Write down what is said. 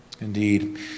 Indeed